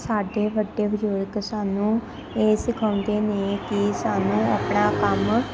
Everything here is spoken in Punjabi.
ਸਾਡੇ ਵੱਡੇ ਬਜ਼ੁਰਗ ਸਾਨੂੰ ਇਹ ਸਿਖਾਉਂਦੇ ਨੇ ਕਿ ਸਾਨੂੰ ਆਪਣਾ ਕੰਮ